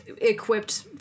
equipped